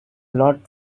lot